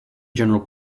general